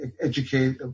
educate